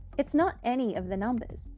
it's not any of the numbers.